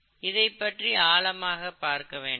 இதை பற்றி ஆழமாக பார்க்க வேண்டாம்